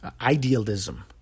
idealism